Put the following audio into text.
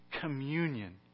communion